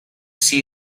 sea